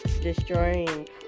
destroying